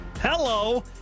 Hello